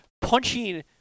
punching